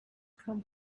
come